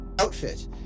outfit